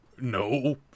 No